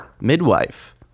midwife